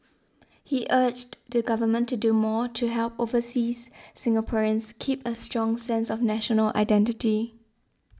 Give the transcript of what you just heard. he urged the Government to do more to help overseas Singaporeans keep a strong sense of national identity